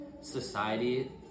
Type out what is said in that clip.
society